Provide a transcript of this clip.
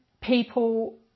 people